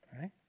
right